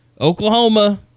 Oklahoma